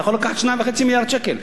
אתה יכול לקחת 2.5 מיליארד שקל.